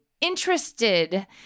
interested